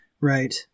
Right